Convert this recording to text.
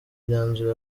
myanzuro